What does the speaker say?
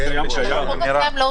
יעל רון בן משה (כחול לבן): החוק הקיים לא עוזר